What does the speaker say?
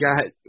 got